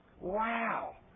Wow